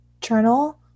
journal